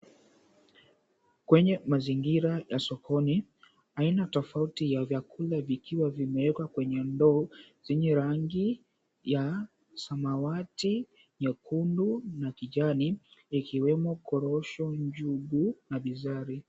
Kwenye mazingira ya sokoni, aina tofauti ya vyakula vimewekwa kwenye ndoo zenye rangi ya samawati, nyekundu, na kijani, ikiwemo korosho, njugu, na bizari.